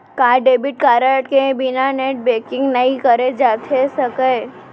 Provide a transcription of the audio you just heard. का debit card के बिना नेट बैंकिंग नई करे जाथे सके?